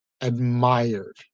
admired